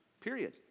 Period